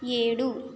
ఏడు